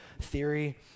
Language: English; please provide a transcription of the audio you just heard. theory